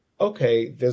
okay